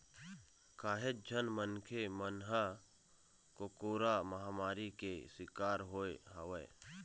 काहेच झन मनखे मन ह कोरोरा महामारी के सिकार होय हवय